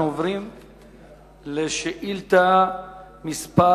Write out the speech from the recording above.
אנחנו עוברים לשאילתא מס'